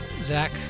Zach